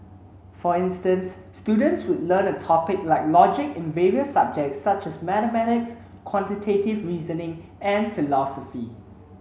for instance students would learn a topic like logic in various subjects such as mathematics quantitative reasoning and philosophy